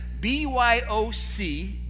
BYOC